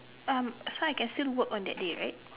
um so I can still work on that day right